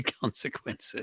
consequences